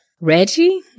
Reggie